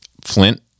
Flint